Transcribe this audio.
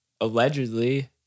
allegedly